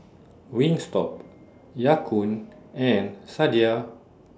Wingstop Ya Kun and Sadia